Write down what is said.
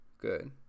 Good